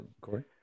Corey